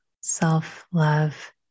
self-love